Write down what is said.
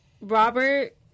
Robert